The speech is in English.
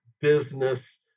business